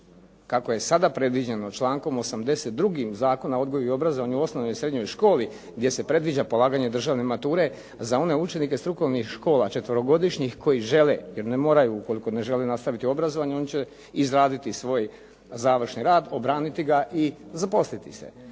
kako je sada predviđeno člankom 82. Zakona o odgoju i obrazovanju, osnovnoj i srednjoj školi gdje se predviđa polaganje državne mature za one učenike strukovnih škola četverogodišnjih koji žele, jer ne moraju ukoliko ne žele nastaviti obrazovanje, oni će izraditi svoj završni rad, obraniti ga i zaposliti se.